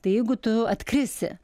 tai jeigu tu atkrisi